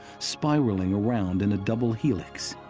spiralling around in a double helix.